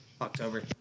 October